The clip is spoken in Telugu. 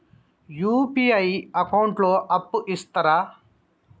యూ.పీ.ఐ అకౌంట్ లో అప్పు ఇస్తరా?